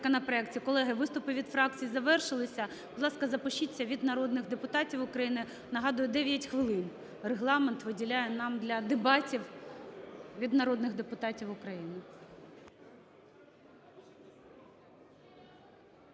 Колеги, виступи від фракцій завершилися. Будь ласка, запишіться від народних депутатів України. Нагадую, 9 хвилин регламент виділяє нам для дебатів від народних депутатів України.